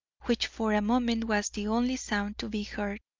which for a moment was the only sound to be heard.